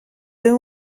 deux